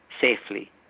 safely